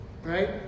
Right